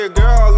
girl